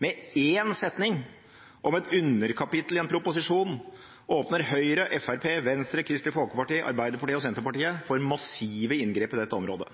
Med én setning om et underkapittel i en proposisjon åpner Høyre, Fremskrittspartiet, Venstre, Kristelig Folkeparti, Arbeiderpartiet og Senterpartiet for massive inngrep i dette området.